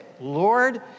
Lord